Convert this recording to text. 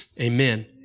Amen